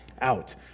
out